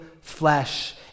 flesh